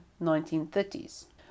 1930s